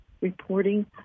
reporting